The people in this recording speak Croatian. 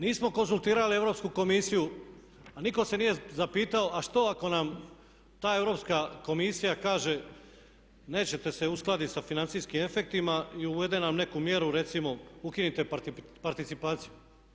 Nismo konzultirali Europsku komisiju a nitko se nije zapitao a što ako nam ta Europska komisija kaže nećete se uskladiti sa financijskim efektima i uvede nam neku mjeru, recimo ukinite participaciju.